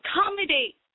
accommodate